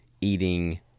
eating